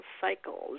cycles